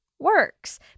works